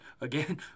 Again